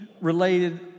related